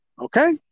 Okay